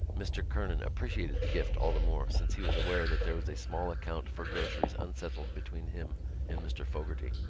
mr. kernan appreciated the gift all the more since he was aware that there was a small account for groceries unsettled between him and mr. fogarty.